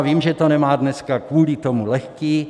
Vím, že to nemá dneska kvůli tomu lehké.